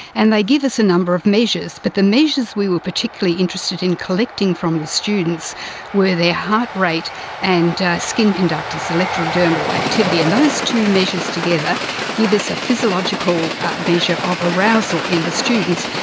and they give us a number of measures. but the measures we were particularly interested in collecting from the students were their heart rate and skin conductors, electro-dermal activity, and those two measures together give us a physiological measure of arousal in the students.